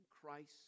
Christ